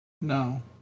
No